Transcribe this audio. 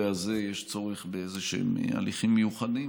הזה יש צורך באיזשהם הליכים מיוחדים,